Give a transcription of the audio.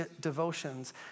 devotions